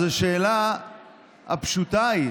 אז השאלה הפשוטה היא